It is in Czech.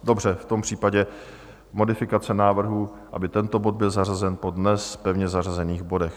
Dobře, v tom případě modifikace návrhu, aby tento bod byl zařazen po dnes pevně zařazených bodech.